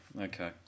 okay